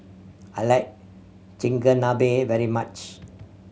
I like Chigenabe very much